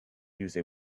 use